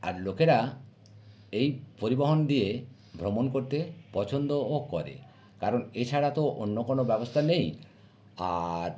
আর লোকেরা এই পরিবহন দিয়ে ভ্রমণ করতে পছন্দও করে কারণ এছাড়া তো অন্য কোনো ব্যবস্থা নেই আর